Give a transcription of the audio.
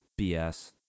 BS